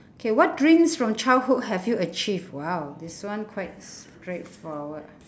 K what dreams from childhood have you achieved !wow! this one quite straightforward